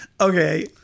Okay